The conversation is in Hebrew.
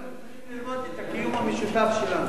אנחנו צריכים ללמוד את הקיום המשותף שלנו.